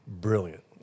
brilliant